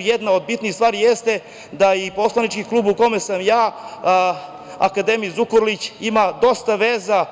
Jedna od bitnih stvari jeste da i poslanički klub u kome sam ja, akademik Zukorlić ima dosta veza